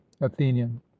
athenian